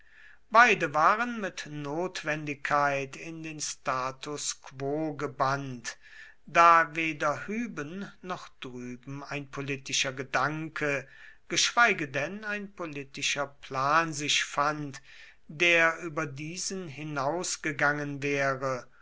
beide waren mit notwendigkeit in den status quo gebannt da weder hüben noch drüben ein politischer gedanke geschweige denn ein politischer plan sich fand der über diesen hinausgegangen wäre